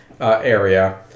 area